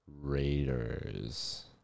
Raiders